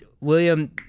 William